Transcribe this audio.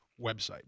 website